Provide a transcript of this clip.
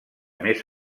més